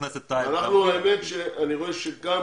ברשותך.